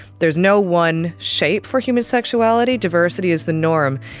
there's no one shape for human sexuality, diversity is the norm.